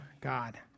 God